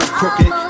crooked